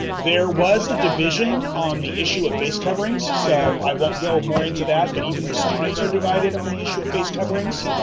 there was a division on the issue of face coverings, so i won't go more into that, but even the students are divided on the issue of face coverings.